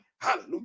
Hallelujah